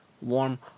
warm